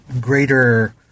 greater